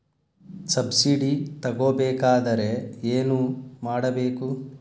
Subsidy ತಗೊಬೇಕಾದರೆ ಏನು ಮಾಡಬೇಕು?